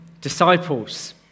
disciples